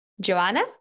Joanna